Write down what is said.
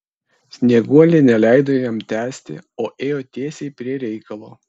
snieguolė neleido jam tęsti o ėjo tiesiai prie reikalo